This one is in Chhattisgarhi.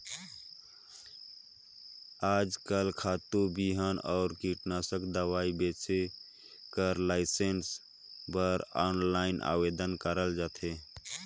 आएज काएल खातू, बीहन अउ कीटनासक दवई बेंचे कर लाइसेंस बर आनलाईन आवेदन करल जाथे